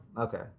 Okay